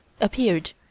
appeared